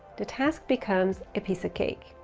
the task becomes a piece of cake.